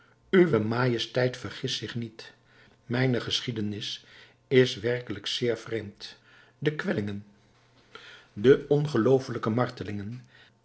uwe majesteit vergist zich niet mijne geschiedenis is werkelijk zeer vreemd de kwellingen de ongeloofelijke martelingen